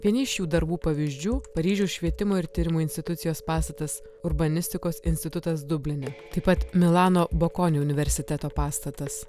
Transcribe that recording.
vieni šių darbų pavyzdžių paryžiaus švietimo ir tyrimų institucijos pastatas urbanistikos institutas dubline taip pat milano bakonio universiteto pastatas